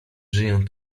żyją